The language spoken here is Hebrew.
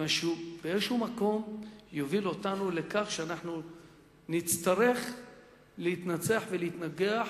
מכיוון שהוא באיזה מקום יוביל אותנו לכך שאנחנו נצטרך להתנצח ולהתנגח